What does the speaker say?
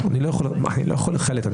אני לא יכול לחלט.